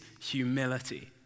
humility